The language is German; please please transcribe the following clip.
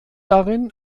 darin